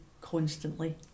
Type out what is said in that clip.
constantly